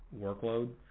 workload